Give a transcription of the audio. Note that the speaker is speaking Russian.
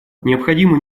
необходимо